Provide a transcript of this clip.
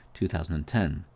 2010